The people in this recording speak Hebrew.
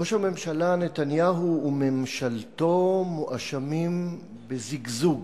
ראש הממשלה נתניהו וממשלתו מואשמים בזיגזוג,